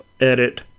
edit